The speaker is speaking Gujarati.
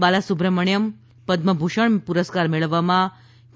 બાલાસુબ્રમણ્યમ પદમભૂષણ પુરસ્કાર મેળવવામાં કે